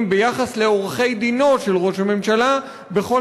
ביחס לעורכי-דינו של ראש הממשלה בכל